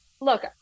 Look